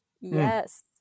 Yes